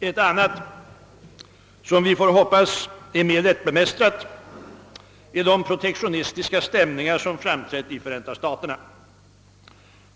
Ett annat som vi får hoppas är mer lättbemästrat är de protektionistiska stämningar som framträtt i Förenta staterna.